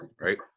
right